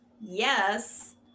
Yes